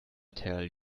tell